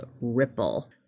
Ripple